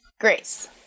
Grace